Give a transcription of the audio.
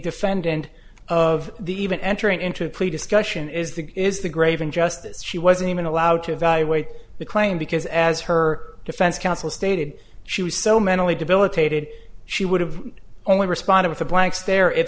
defendant of the even entering into a plea discussion is the is the grave injustice she wasn't even allowed to evaluate the claim because as her defense counsel stated she was so mentally debilitated she would have only responded with a blank stare if